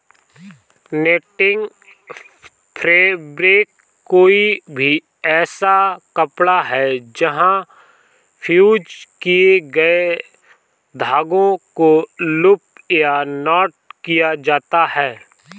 netting fabric कोई भी ऐसा कपड़ा है जहाँ फ़्यूज़ किए गए धागों को लूप या नॉट किया जाता है